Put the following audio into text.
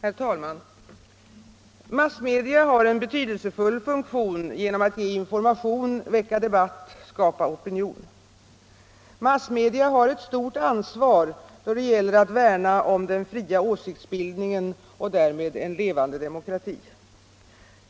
Herr talman! Massmedia har en betydelsefull funktion genom att ge information, väcka debatt, skapa opinion. Massmedia har ett stort ansvar då det gäller att värna om den fria åsiktsbildningen och därmed en levande demokrati.